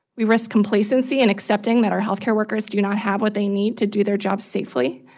we risk complacency in accepting that our health care workers do not have what they need to do their jobs safely.